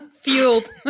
Fueled